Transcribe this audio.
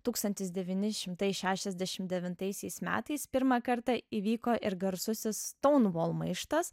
tūkstantis devyni šimtai šešiasdešim devintaisiais metais pirmą kartą įvyko ir garsusis stone wall maištas